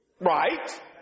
Right